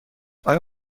آیا